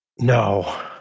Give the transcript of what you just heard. no